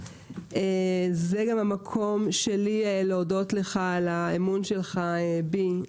זה גם המקום שלי להודות לך על האמון שלך בי,